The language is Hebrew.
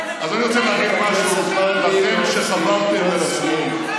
אז אני רוצה להגיד לכם שחברתם אל השמאל.